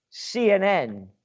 CNN